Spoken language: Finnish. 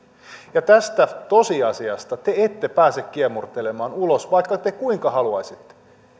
tästä tosiasiasta te ette pääse kiemurtelemaan ulos vaikka te kuinka haluaisitte